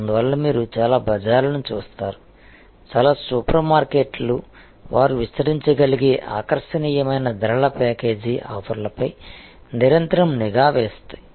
అందువల్ల మీరు చాలా బజార్లను చూస్తారు చాలా సూపర్ మార్కెట్లు వారు విస్తరించగలిగే ఆకర్షణీయమైన ధరల ప్యాకేజీ ఆఫర్లపై నిరంతరం నిగా వేస్తాయి